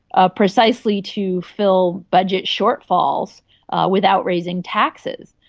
ah precisely to fill budget shortfalls without raising taxes.